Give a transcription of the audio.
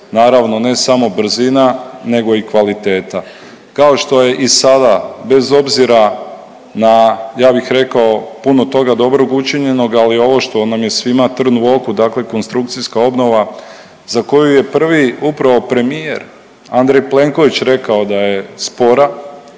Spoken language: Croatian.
Naravno, ne samo brzina nego i kvaliteta. Kao što je i sada, bez obzira na, ja bih rekao, puno toga dobrog učinjenog, ali ovo što nam je svima trn u oku, dakle konstrukcijska obnova za koju je prvi upravo premijer Andrej Plenković rekao da je spora